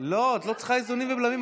איזונים ובלמים.